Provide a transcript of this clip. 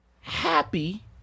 happy